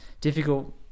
difficult